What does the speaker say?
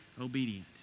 obedient